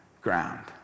ground